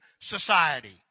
society